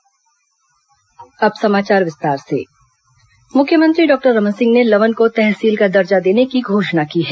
विकास यात्रा मुख्यमंत्री डॉक्टर रमन सिंह ने लवन को तहसील का दर्जा देने की घोषणा की है